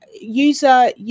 user